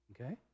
Okay